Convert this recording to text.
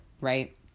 right